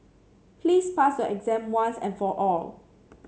please pass your exam once and for all